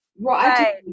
Right